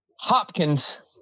Hopkins